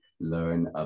learn